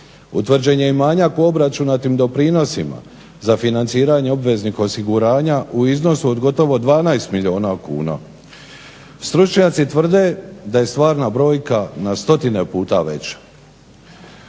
utvrđen je i manjak u obračunatim doprinosima za financiranje obveznih osiguranja u iznosu od gotovo 12 milijuna kuna. Stručnjaci tvrde da je stvarna brojka na stotine puta veća.